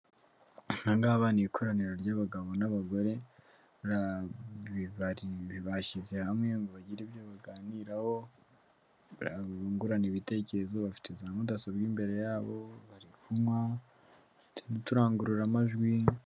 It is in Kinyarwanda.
Aba ngaba ni ikoraniro ry'abagabo n'abagore, bashyize hamwe ngo bagire ibyo baganiraho bungurana ibitekerezo, bafite za mudasobwa imbere yabo bari kunywa bafite n'uturangururamajwi.